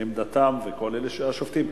עמדתם, וכל אלה השובתים.